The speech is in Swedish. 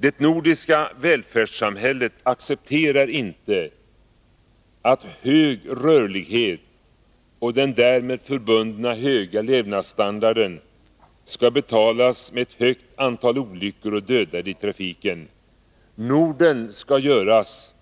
Det nordiska välfärdsamhället accepterar inte att hög rörlighet och den därmed förbundna höga levnadsstandarden skall betalas med ett högt antal olyckor och dödade i trafiken. Norden skall göras